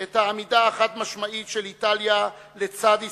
את העמידה החד-משמעית של איטליה לצד ישראל,